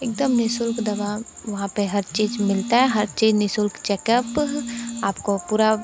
एकदम नि शुल्क दवा वहाँ पर हर चीज़ मिलता है हर चीज़ नि शुल्क चेकअप आपको पूरा